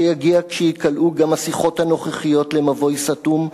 שיגיע כשייקלעו גם השיחות הנוכחיות למבוי סתום,